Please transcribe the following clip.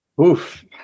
Oof